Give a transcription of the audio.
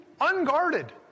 unguarded